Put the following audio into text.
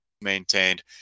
maintained